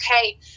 okay